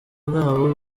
bw’abo